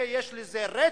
יש לזה רייטינג,